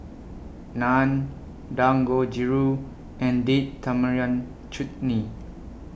Naan Dangojiru and Date Tamarind Chutney